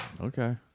Okay